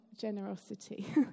generosity